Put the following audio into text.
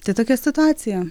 tai tokia situacija